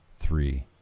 three